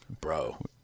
bro